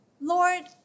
Lord